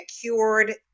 cured